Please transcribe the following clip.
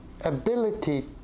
ability